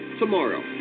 tomorrow